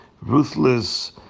ruthless